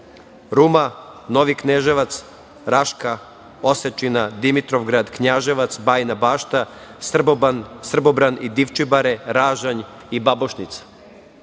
Ruma, Novi Kneževac, Raška, Osečina, Dimitrovgrad, Knjaževac, Bajina Bašta, Srbobran i Divčibare, Ražanj i Babušnica. Dakle,